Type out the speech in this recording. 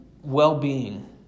well-being